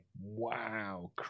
Wow